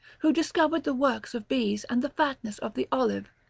who discovered the works of bees and the fatness of the olive,